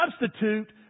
substitute